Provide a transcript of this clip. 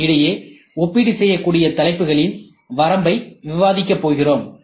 M இடையே ஒப்பீடு செய்யக்கூடிய தலைப்புகளின் வரம்பை விவாதிக்கப் போகிறோம்